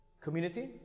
Community